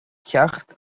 ceacht